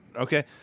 Okay